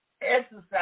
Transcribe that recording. Exercise